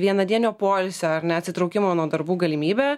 vienadienio poilsio ar ne atsitraukimo nuo darbų galimybę